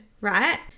right